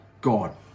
God